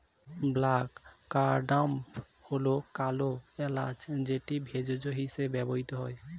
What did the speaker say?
black cardamom হল কালো এলাচ যেটি ভেষজ হিসেবে ব্যবহৃত হয়